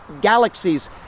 galaxies